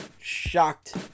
shocked